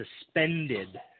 suspended